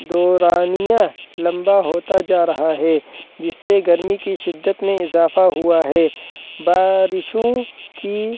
دورانیہ لمبا ہوتا جا رہا ہے جس سے گرمی کی شدت میں اضافہ ہوا ہے بارشوں کی